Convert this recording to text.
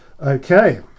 Okay